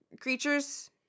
creatures